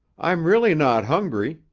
i'm really not hungry,